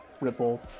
ripple